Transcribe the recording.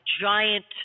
giant